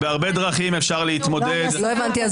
בהרבה דרכים אפשר להתמודד --- לא הבנתי.